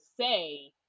say